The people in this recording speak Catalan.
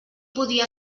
podia